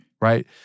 Right